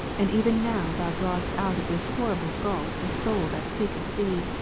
and even now thou drawest out of this horrible gulf the soul that seeketh thee,